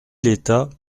l’état